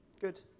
Good